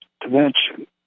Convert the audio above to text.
dimension